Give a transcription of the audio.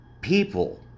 people